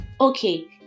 okay